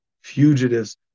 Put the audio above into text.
fugitives